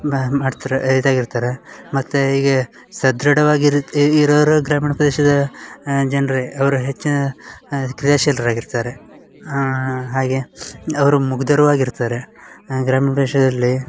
ಬಾ ಮಾಡ್ತಾರ ಇದಾಗಿರ್ತಾರ ಮತ್ತು ಹೀಗೆ ಸದೃಢವಾಗಿ ಇರುತ್ ಇರೋರು ಗ್ರಾಮೀಣ ಪ್ರದೇಶದ ಜನರೇ ಅವ್ರು ಹೆಚ್ಚಿನ ಕ್ರಿಯಾಶೀಲ್ರಾಗಿರ್ತಾರೆ ಹಾಗೆ ಅವರು ಮುಗ್ದರು ಆಗಿರ್ತಾರೆ ಗ್ರಾಮೀಣ ಪ್ರದೇಶದಲ್ಲಿ